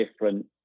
different